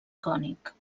cònic